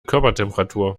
körpertemperatur